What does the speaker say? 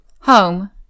home